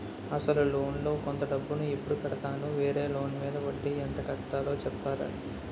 అసలు లోన్ లో కొంత డబ్బు ను ఎప్పుడు కడతాను? వేరే లోన్ మీద వడ్డీ ఎంత కట్తలో చెప్తారా?